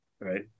right